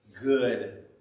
good